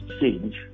change